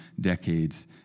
decades